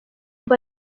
rwa